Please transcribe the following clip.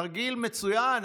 תרגיל מצוין.